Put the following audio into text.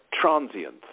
transient